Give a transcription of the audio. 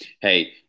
hey